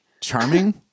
Charming